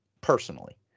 Personally